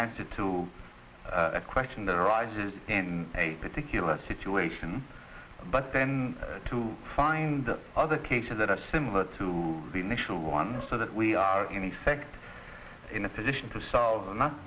answer to a question that arises in a particular situation but then to find other cases that are similar to the initial one so that we are in effect in a position to solve